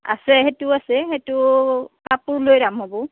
আছে সেইটো আছে সেইটো কাপোৰ লৈ দাম হ'ব